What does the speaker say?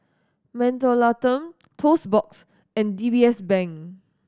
Mentholatum Toast Box and D B S Bank